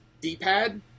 D-pad